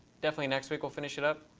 definitely next week we'll finish it up.